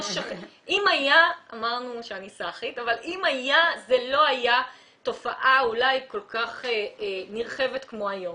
ואם היה זה לא היה תופעה כל כך נרחבת כמו היום.